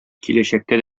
киләчәктә